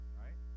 right